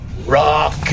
Rock